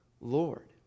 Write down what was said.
Lord